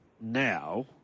now